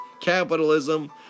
Capitalism